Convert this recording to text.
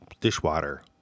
Dishwater